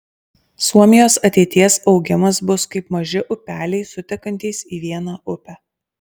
suomijos ateities augimas bus kaip maži upeliai sutekantys į vieną upę